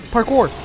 Parkour